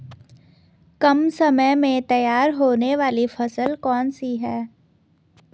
कम समय में तैयार होने वाली फसल कौन सी है?